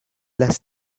las